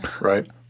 right